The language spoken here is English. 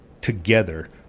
together